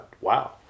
wow